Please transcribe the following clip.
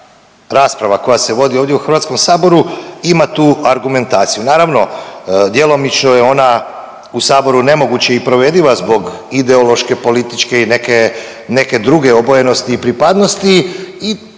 koja se vodi ovdje u Hrvatskom saboru ima tu argumentaciju. Naravno djelomično je ona u saboru nemoguće i provediva zbog ideološke, političke i neke, neke druge obojenosti i pripadnosti